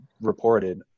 reported